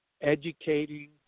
educating